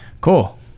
cool